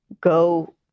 go